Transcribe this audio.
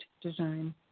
design